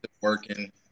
working